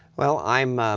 well, i um um